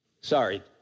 Sorry